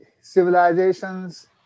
civilizations